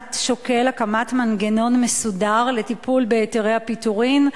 התמ"ת שוקל הקמת מנגנון מסודר לטיפול בהיתרי הפיטורים,